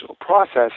process